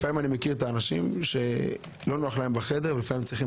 אני מכיר אנשים שלא נוח להם בחדר והם צריכים